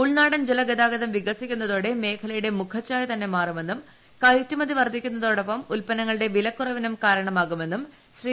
ഉൾനാടൻ ജലഗരാഗ്ത്തം വികസിക്കുന്നതോടെ മേഖലയുടെ മുഖച്ഛായ തന്നെ മാറുമെന്നും ക്യറ്റുമതി വർദ്ധിക്കുന്നതോടൊപ്പം ഉൽപന്നങ്ങളൂടെട്ട് വിലക്കുറവിനും കാരണമാകുമെന്നും ശ്രീ